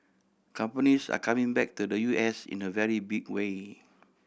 companies are coming back to the U S in a very big way